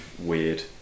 weird